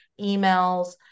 emails